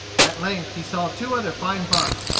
at length he saw two other fine bucks,